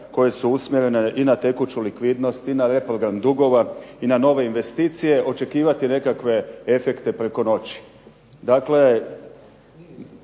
koje su usmjerene i na tekuću likvidnost i na reprogram dugova i nove investicije i očekivati nekakve efekte preko noći. Dakle,